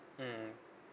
mmhmm